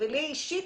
לי אישית,